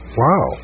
wow